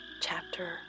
Chapter